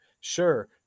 Sure